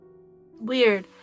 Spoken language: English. Weird